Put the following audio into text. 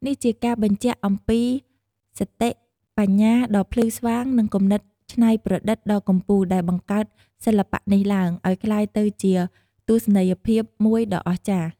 នេះជាការបញ្ជាក់អំពីសតិប្រាជ្ញាដ៏ភ្លឺស្វាង និងគំនិតច្នៃប្រឌិតដ៏កំពូល ដែលបង្កើតសិល្បៈនេះឡើង ឲ្យក្លាយទៅជាទស្សនីយភាពមួយដ៏អស្ចារ្យ ។